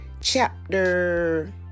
Chapter